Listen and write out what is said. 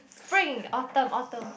spring autumn autumn